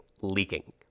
leaking